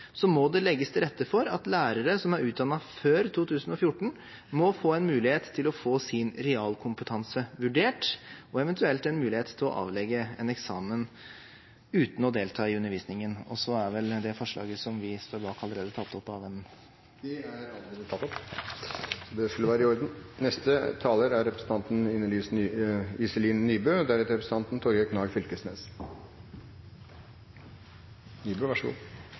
så lenge man har elever, men jeg tror at det også er sant. Jeg mener derfor at dersom disse kravene blir innført, må det legges til rette for at lærere som er utdannet før 2014, må få en mulighet til å få sin realkompetanse vurdert og eventuelt en mulighet til å avlegge en eksamen – uten å delta i undervisningen. Og så er vel det forslaget som vi står bak, allerede tatt opp. Det er allerede tatt opp, så det skulle være i orden. Jeg er